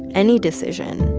any decision,